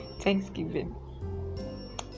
thanksgiving